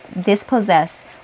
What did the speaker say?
dispossess